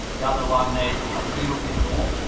the other one needs a little bit more